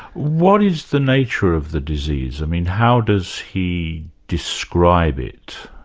what is the nature of the disease? i mean how does he describe it?